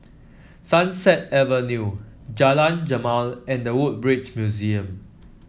Sunset Avenue Jalan Jamal and The Woodbridge Museum